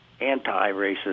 anti-racist